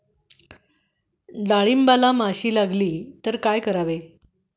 डाळींबाला माशी लागल्यास काय करावे?